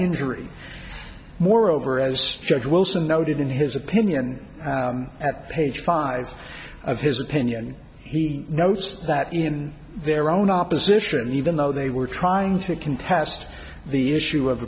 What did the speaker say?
injury moreover as judge wilson noted in his opinion at page five of his opinion he notes that in their own opposition even though they were trying to contest the issue of